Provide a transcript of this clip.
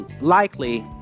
likely